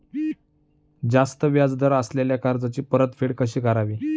जास्त व्याज दर असलेल्या कर्जाची परतफेड कशी करावी?